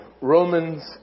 Romans